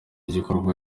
igikorwa